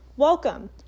Welcome